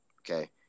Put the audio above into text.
okay